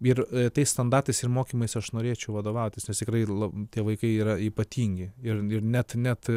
ir tais standartais ir mokymais aš norėčiau vadovautis nes tikrai la tie vaikai yra ypatingi ir net net